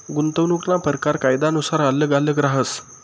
गुंतवणूकना परकार कायनुसार आल्लग आल्लग रहातस